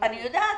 אני יודעת.